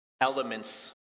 elements